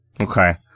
Okay